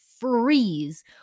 freeze